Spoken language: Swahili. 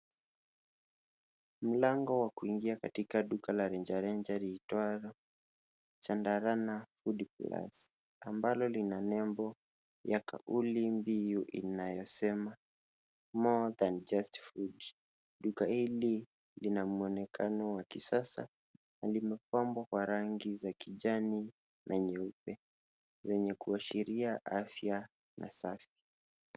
Mlango wa kuingia katika duka la rejareja liitwalo Chandarana Foodplus ambalo lina nembo ya kauli mbiu inayosema more than just food . Duka hili lina mwonekano wa kisasa na limepambwa kwa rangi za kijani na nyeupe zenye kuashiria afya na safi.